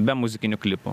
be muzikinių klipų